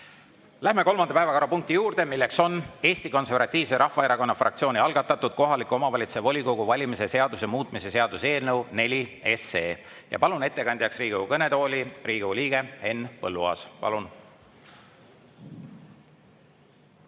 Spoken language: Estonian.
kolmanda päevakorrapunkti juurde, milleks on Eesti Konservatiivse Rahvaerakonna fraktsiooni algatatud kohaliku omavalitsuse volikogu valimise seaduse muutmise seaduse eelnõu 4. Palun ettekandjaks Riigikogu kõnetooli Riigikogu liikme Henn Põlluaasa. Palun!